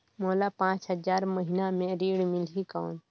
मोला पांच हजार महीना पे ऋण मिलही कौन?